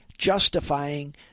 justifying